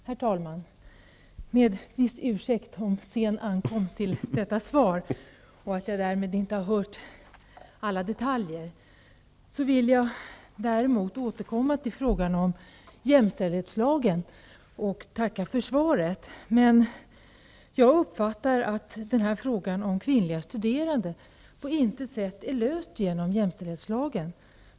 Herr talman! Jag ber om ursäkt för sen ankomst till detta svar. Därmed har jag inte hört alla detaljer. Jag vill återkomma till frågan om jämställdhetslagen och tacka för svaret. Jag uppfattar att frågan om kvinnliga studerande på intet sätt är löst genom jämställdhetslagen.